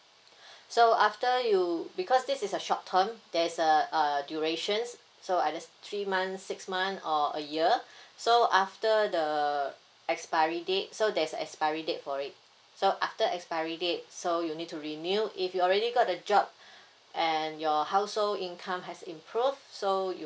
so after you because this is a short term there's a err durations so either three months six months or a year so after the expiry date so there's expiry date for it so after expiry date so you need to renew if you already got the job and your household income has improved so you